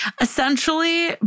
Essentially